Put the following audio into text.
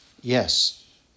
Yes